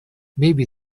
maybe